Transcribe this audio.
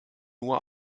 uhr